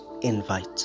invite